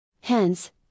Hence